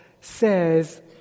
says